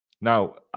Now